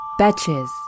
Betches